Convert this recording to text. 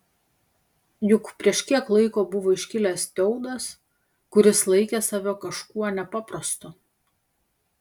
juk prieš kiek laiko buvo iškilęs teudas kuris laikė save kažkuo nepaprastu